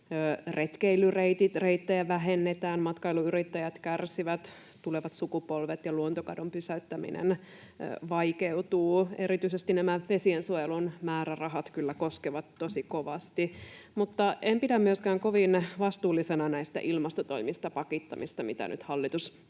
Retkeilyreittejä vähennetään, matkailuyrittäjät ja tulevat sukupolvet kärsivät, ja luontokadon pysäyttäminen vaikeutuu. Erityisesti nämä vesiensuojelun määrärahat kyllä koskevat tosi kovasti. Mutta en pidä myöskään kovin vastuullisena näistä ilmastotoimista pakittamista, mitä nyt hallitus